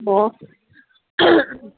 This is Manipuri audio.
ꯑꯣ